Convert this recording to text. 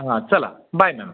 हां चला bye ma'am